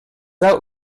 out